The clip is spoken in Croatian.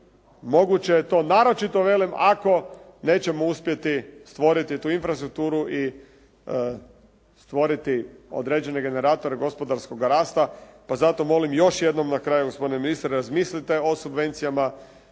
moguće je to naročito velim ako nećemo uspjeti stvoriti tu infrastrukturu i stvoriti određene generatore gospodarskoga rasta pa zato molim još jednom na kraju gospodine ministre razmislite o subvencijama